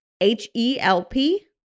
H-E-L-P